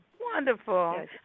Wonderful